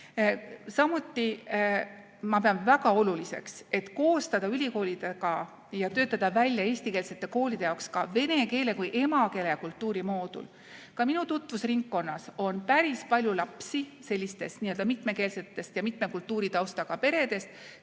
Samuti ma pean väga oluliseks, et koostada ülikoolidega ja töötada välja eestikeelsete koolide jaoks ka vene keele kui emakeele ja kultuuri moodul. Ka minu tutvusringkonnas on päris palju lapsi sellistest mitmekeelsetest ja mitme kultuuritaustaga peredest,